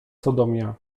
sodomia